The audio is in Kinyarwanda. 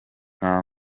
nta